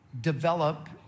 develop